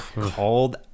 Called